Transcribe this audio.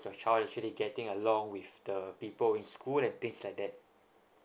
is your child actually getting along with the people in school and things like that